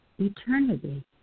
eternity